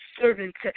servants